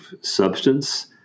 substance